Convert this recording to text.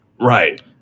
Right